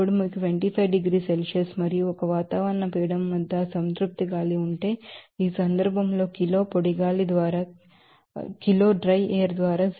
ఇప్పుడు మీకు 25 డిగ్రీల సెల్సియస్ మరియు ఒక ఆత్మోసుఫెరిక్ ప్రెషర్ వద్ద ఆ స్టాట్యురేటెడ్ ఏయిర్ గాలి ఉంటే ఈ సందర్భంలో కిలో పొడి గాలి ద్వారా 0